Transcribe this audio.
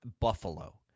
Buffalo